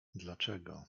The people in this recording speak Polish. dlaczego